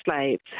slaves